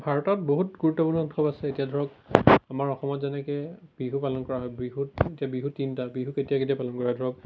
ভাৰতত বহুত গুৰুত্বপূৰ্ণ উৎসৱ আছে এতিয়া ধৰক আমাৰ অসমত যেনেকৈ বিহু পালন কৰা হয় বিহুত এতিয়া বিহু তিনিটা বিহু কেতিয়া কেতিয়া পালন কৰা হয় ধৰক